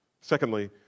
Secondly